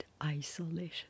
isolation